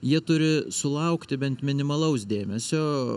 jie turi sulaukti bent minimalaus dėmesio